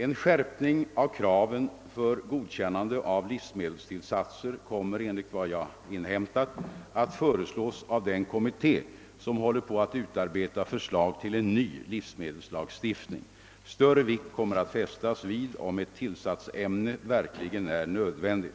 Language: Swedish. En skärpning av kraven för godkännande av livsmedelstillsatser kommer, enligt vad jag inhämtat, att föreslås av den kommitté som håller på att utarbeta förslag till en ny livsmedelslagstiftning. Större vikt kommer att fästas vid om ett tillsatsämne verkligen är nödvändigt.